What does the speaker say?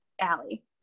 Allie